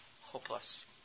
hopeless